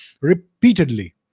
repeatedly